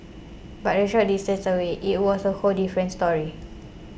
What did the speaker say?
but a short distance away it was a whole different story